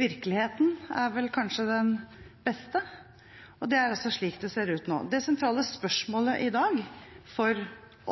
virkeligheten er vel kanskje den beste, og det er også slik det ser ut nå. Det sentrale spørsmålet i dag for